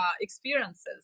experiences